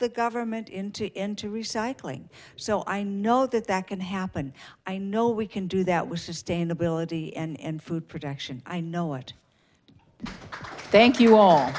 the government into into recycling so i know that that can happen i know we can do that was sustainability and food production i know it thank you a